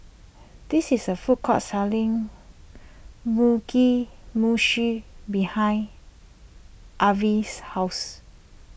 this is a food court selling Mugi Meshi behind Arvel's house